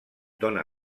dóna